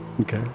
Okay